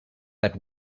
that